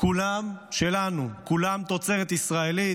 כולם שלנו, כולם תוצרת ישראלית,